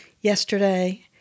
yesterday